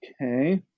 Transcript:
Okay